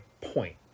point